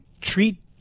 treat